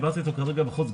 ושוחחתי עם השר עכשיו בחוץ,